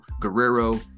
Guerrero